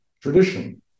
tradition